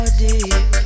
deep